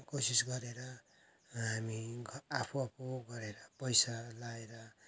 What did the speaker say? कोसिस गरेर हामी आफू आफू गरेर पैसा लगाएर